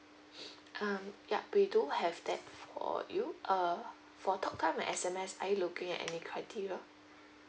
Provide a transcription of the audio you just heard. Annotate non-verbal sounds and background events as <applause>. <breath> ya we do have that for you uh for talk time and S_M_S are you looking at any criteria